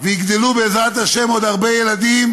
ויגדלו בעזרת השם עוד הרבה ילדים,